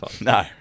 No